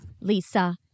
Lisa